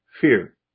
fear